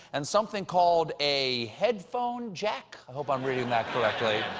and something called a headphone jack? i hope i'm reading that correctly.